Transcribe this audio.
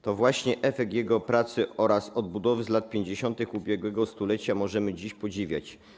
To właśnie efekt jego pracy oraz odbudowy z lat 50. ubiegłego stulecia możemy dziś podziwiać.